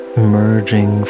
emerging